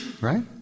Right